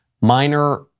minor